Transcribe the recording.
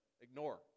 Ignore